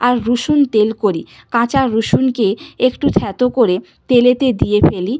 আর রসুন তেল করি কাঁচা রসুনকে একটু থেতো করে তেলেতে দিয়ে ফেলি